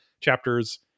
chapters